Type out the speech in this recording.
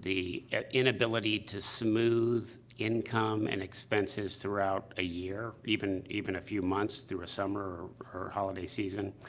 the inability to smooth income and expenses throughout a year, but even even a few months, through a summer or or holiday season.